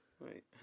right